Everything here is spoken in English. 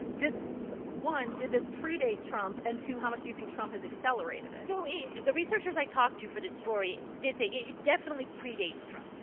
did one, did this predate trump, and two, how much do you think trump has accelerated it? so the researchers i talked to for this story did say it definitely predates trump.